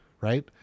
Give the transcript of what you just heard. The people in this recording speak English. right